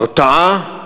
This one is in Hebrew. הרתעה,